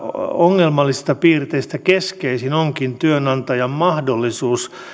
ongelmallisista piirteistä keskeisin onkin työnantajan mahdollisuus